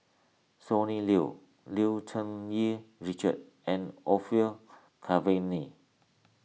Sonny Liew Liew Cherng Yih Richard and Orfeur Cavenagh